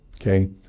okay